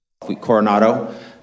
Coronado